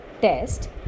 test